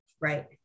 Right